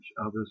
other's